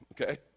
okay